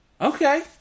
Okay